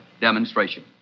demonstration